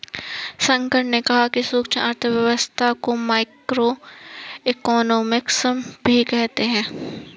शंकर ने कहा कि सूक्ष्म अर्थशास्त्र को माइक्रोइकॉनॉमिक्स भी कहते हैं